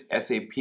sap